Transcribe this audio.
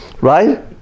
right